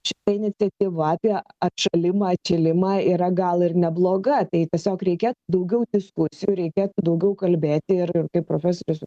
šita iniciatyva apie atšalimą atšilimą yra gal ir nebloga tai tiesiog reikėtų daugiau diskusijų reikėtų daugiau kalbėti ir ir kaip profesorius